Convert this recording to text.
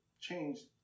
changed